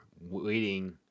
waiting